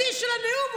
בשיא של הדיון,